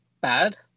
bad